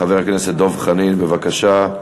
חבר הכנסת דב חנין, בבקשה.